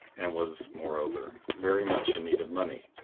and was, moreover, very much in need of money,